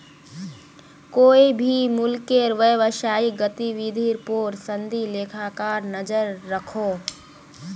कोए भी मुल्केर व्यवसायिक गतिविधिर पोर संदी लेखाकार नज़र रखोह